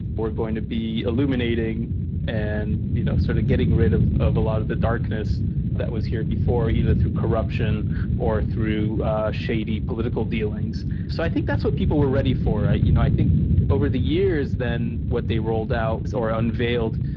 we're going to be illuminating and, you know, sort of getting rid of of a lot of the darkness that was here before, either through corruption or through shady political dealings. so i think that's what people were ready for. i you know i think over the years, then, what they rolled out, or unveiled,